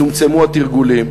צומצמו התרגולים,